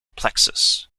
plexus